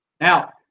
Now